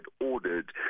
ordered